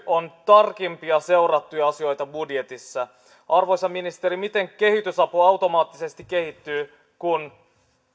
on tarkimpia seurattuja asioita budjetissa arvoisa ministeri miten kehitysapu automaattisesti kehittyy kun